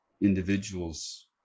individuals